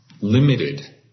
limited